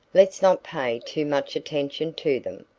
let's not pay too much attention to them.